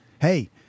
Hey